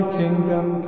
kingdom